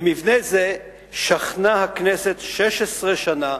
במבנה זה שכנה הכנסת 16 שנה,